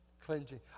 Cleansing